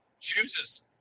chooses